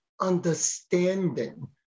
understanding